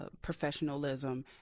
professionalism